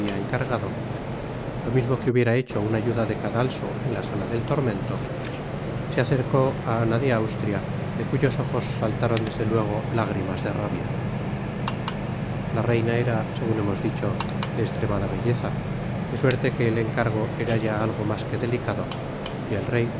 encargado lo mismo que hubiera hecho un ayuda de cadalso en la sala del tormento se acercó á ana de austria de cuyos ojos saltaron desde luego lágrimas de rabia la reina era segun hemos dicho de estremada belleza de suerte que el encargo era ya algo mas que delicado y el rey á